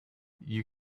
you